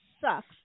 Sucks